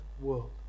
world